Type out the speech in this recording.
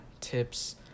tips